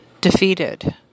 defeated